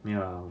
没有 lah